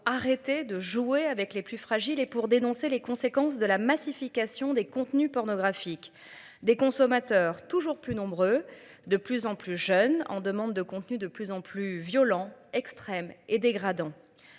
arrêter de jouer avec les plus fragiles et pour dénoncer les conséquences de la massification des contenus pornographiques des consommateurs toujours plus nombreux, de plus en plus jeunes en demande de contenus de plus en plus violents extrême et dégradant.